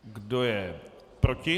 Kdo je proti?